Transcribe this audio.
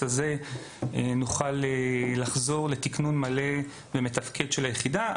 הזה נוכל לחזור לתקנון מלא ומתפקד של היחידה.